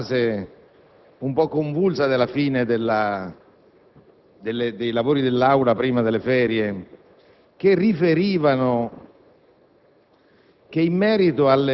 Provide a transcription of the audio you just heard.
subito dopo la fase un po' convulsa della fine dei lavori dell'Aula prima delle ferie, ho notato